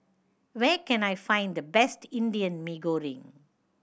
where can I find the best Indian Mee Goreng